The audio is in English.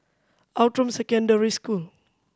Outram Secondary School